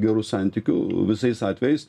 gerų santykių visais atvejais